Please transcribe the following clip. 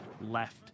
left